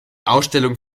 ausstellung